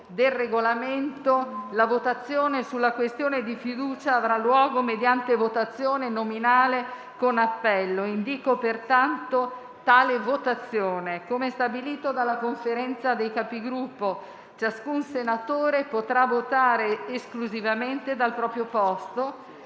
del Regolamento, la votazione sulla questione di fiducia avrà luogo mediante votazione nominale con appello. Come stabilito dalla Conferenza dei Capigruppo, ciascun senatore potrà votare esclusivamente dal proprio posto,